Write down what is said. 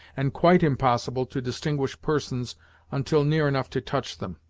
and quite impossible to distinguish persons until near enough to touch them.